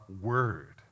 word